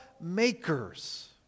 makers